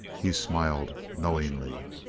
he smiled knowingly.